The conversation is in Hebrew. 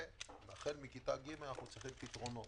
והחל מכיתה ג' אנו צריכים פתרונות.